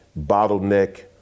bottleneck